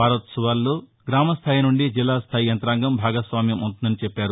వారోత్సవాల్లో గ్రామ స్దాయి నుండి జిల్లా స్దాయి యంతాంగం భాగస్వామ్యం అవుతుందని చెప్పారు